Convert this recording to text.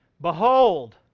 Behold